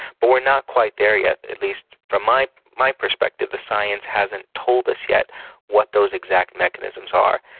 but we're not quite there yet. at least from my my perspective, the science hasn't told us yet what those exact mechanisms are.